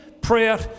prayer